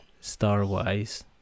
star-wise